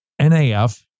NAF